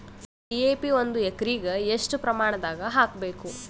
DAP ಒಂದು ಎಕರಿಗ ಎಷ್ಟ ಪ್ರಮಾಣದಾಗ ಹಾಕಬೇಕು?